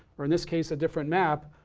or in this case, a different map,